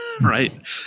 Right